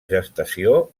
gestació